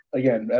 again